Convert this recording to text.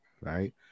right